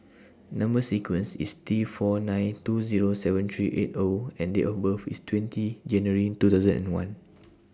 Number sequence IS T four nine two Zero seven three eight O and Date of birth IS twentyJanuary two thousand and one